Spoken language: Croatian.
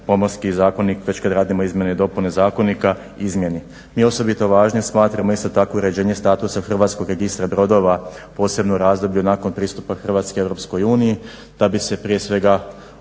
Pomorski zakonik, već kad radimo izmjene i dopune zakonika izmjeni. Mi osobito važnim smatramo istako tako i uređenje statusa Hrvatskog registra brodova posebno u razdoblju nakon pristupa Hrvatske EU. Da bi se prije svega